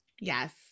Yes